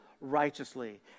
righteously